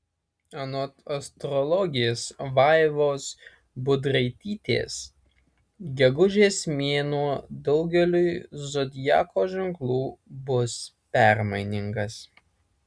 anot astrologės vaivos budraitytės gegužės mėnuo daugeliui zodiako ženklų bus permainingas